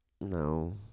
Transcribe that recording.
No